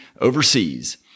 overseas